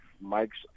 Mike's